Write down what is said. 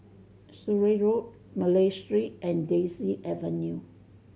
Surrey Road Malay Street and Daisy Avenue